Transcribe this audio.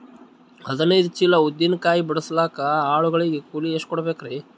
ಹದಿನೈದು ಚೀಲ ಉದ್ದಿನ ಕಾಯಿ ಬಿಡಸಲಿಕ ಆಳು ಗಳಿಗೆ ಕೂಲಿ ಎಷ್ಟು ಕೂಡಬೆಕರೀ?